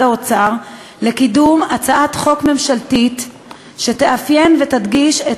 האוצר לקידום הצעת חוק ממשלתית שתאפיין ותדגיש את